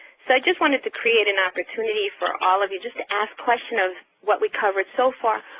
so i just wanted to create an opportunity for all of you just to ask questions of what we covered so far,